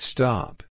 Stop